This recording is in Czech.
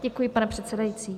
Děkuji, pane předsedající.